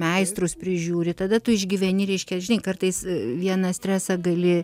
meistrus prižiūri tada tu išgyveni reiškia žinai kartais vieną stresą gali